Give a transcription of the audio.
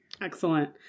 Excellent